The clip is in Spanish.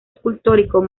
escultórico